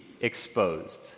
exposed